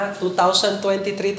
2023